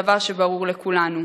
דבר שברור לכולם,